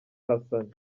hassan